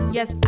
Yes